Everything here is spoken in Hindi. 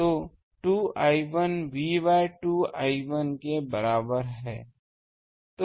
तो 2 I1 V बाय 2I1 के बराबर है